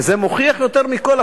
וזה מוכיח יותר מכול,